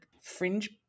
fringe